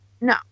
No